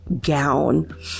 gown